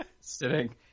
Sitting